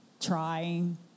Trying